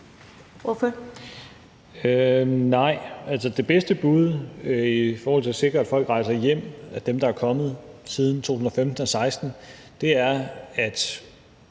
Nej. Altså, det bedste bud i forhold til at sikre, at folk rejser hjem – af dem, der er kommet siden 2015 og 2016 – er, at